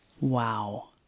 Wow